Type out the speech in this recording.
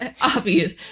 obvious